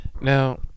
Now